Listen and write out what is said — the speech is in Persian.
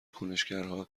کنشگرها